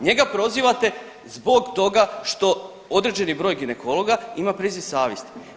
Njega prozivate zbog toga što određeni broj ginekologa ima priziv savjesti.